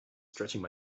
stretching